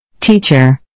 Teacher